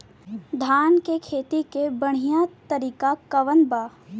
धान के खेती के बढ़ियां तरीका कवन बा?